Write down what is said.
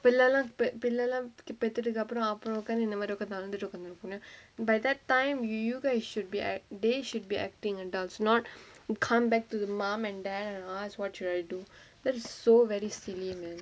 பிள்ளலா:pillalaa pa~ பிள்ளலா பெத்துக்க அப்புறம் அப்புறம் உக்காந்து இந்தமாரி உக்காந்து அழுதுட்டு இருக்கோ:pillala pethuka appuram appuram ukkaanthu inthamaari ukkaanthu aluthutu irukko by that time you you guys should be they should be acting adults not come back to the mom and dad and ask what should I do that is so very silly man